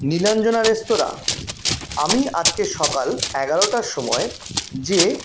Nilanjana restaurant আমি আজকে সকাল এগারোটার সময় যে